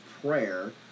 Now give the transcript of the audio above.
prayer